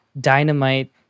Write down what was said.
dynamite